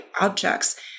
objects